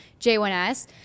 j1s